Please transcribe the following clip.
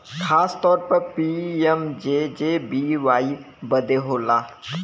खासतौर पर पी.एम.जे.जे.बी.वाई बदे होला